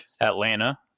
Atlanta